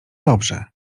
dobrze